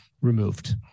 removed